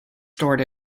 stored